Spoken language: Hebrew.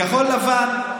כחול לבן,